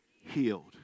healed